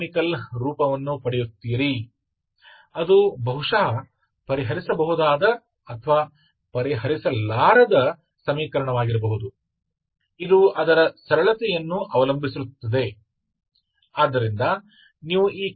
तो आपके पास 14uαα32uαβ34uββ 12uαα32uαβuαα 12u 32u0 इसलिए यह आपका समीकरण है इसलिए यह आपका ux uyy है और यह आपका uxy है और यह आपका uxx है